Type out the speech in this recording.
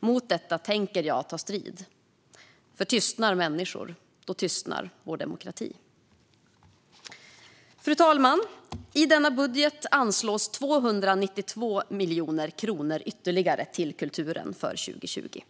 Mot detta tänker jag ta strid, för tystnar människor tystnar också vår demokrati. Fru talman! I denna budget anslås 292 miljoner kronor ytterligare till kulturen för 2020.